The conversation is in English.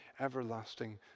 everlasting